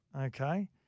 Okay